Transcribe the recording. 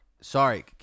sorry